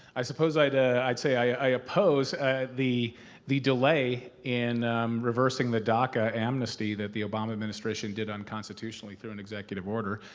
i suppose i'd ah i'd say i oppose the the delay in reversing the daca amnesty that the obama administration did um uuconstitutionally through an executive order.